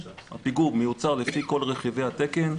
הפיגום מיוצר לפי כל רכיבי התקן,